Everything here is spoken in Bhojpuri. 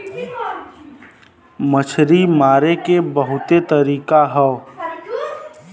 मछरी मारे के बहुते तरीका हौ